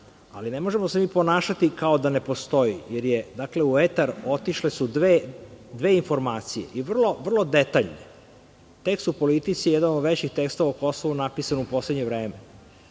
ali ne možemo se mi ponašati kao da ne postoji, jer u etar otišle su dve informacije i vrlo detaljno, tekst u „Politici“ je jedan od većih tekstova o Kosovu napisan u poslednje vreme.